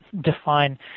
define